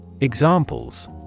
Examples